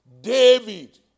David